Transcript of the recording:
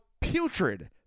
putrid